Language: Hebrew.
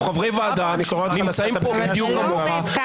אנחנו חברי ועדה, נמצאים פה בדיוק כמוך.